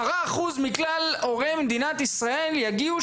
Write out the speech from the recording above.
10 אחוזים מכלל הורי מדינת ישראל יגיעו.